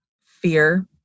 fear